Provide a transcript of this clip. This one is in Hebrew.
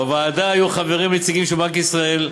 בוועדה היו חברים נציגים של בנק ישראל,